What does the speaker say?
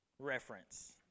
reference